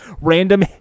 random